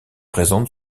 présentes